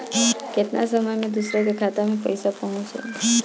केतना समय मं दूसरे के खाता मे पईसा पहुंच जाई?